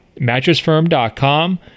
Mattressfirm.com